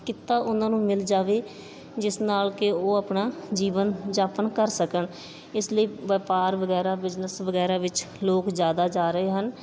ਕਿੱਤਾ ਉਹਨਾਂ ਨੂੰ ਮਿਲ ਜਾਵੇ ਜਿਸ ਨਾਲ ਕਿ ਉਹ ਆਪਣਾ ਜੀਵਨ ਜਾਪਣ ਕਰ ਸਕਣ ਇਸ ਲਈ ਵਪਾਰ ਵਗੈਰਾ ਬਿਜਨਸ ਵਗੈਰਾ ਵਿੱਚ ਲੋਕ ਜ਼ਿਆਦਾ ਜਾ ਰਹੇ ਹਨ